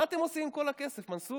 מה אתם עושים עם כל הכסף, מנסור?